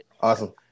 Awesome